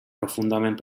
profundament